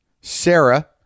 Sarah